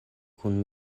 kun